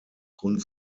grund